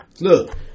Look